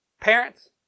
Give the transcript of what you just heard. Parents